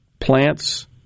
plants